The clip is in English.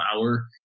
hour